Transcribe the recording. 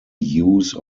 use